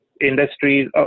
industries